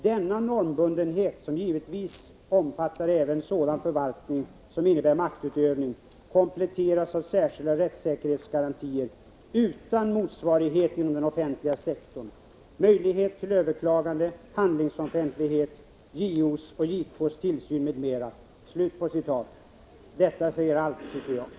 Denna normbundenhet, som givetvis omfattar även sådan förvaltning som innebär maktutövning, kompletteras av särskilda rättssäkerhetsgarantier utan motsvarighet inom den enskilda sektorn: möjlighet till överklagande, handlingsoffentlighet, JO:s och JK:s tillsyn m.m.” Detta säger allt, tycker jag.